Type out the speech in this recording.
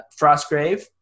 Frostgrave